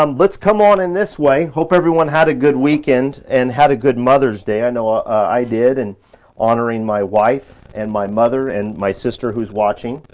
um let's come on in this way. hope everyone had a good weekend and had a good mother's day. i know ah i did in honoring my wife, and my mother, and my sister, who's watching.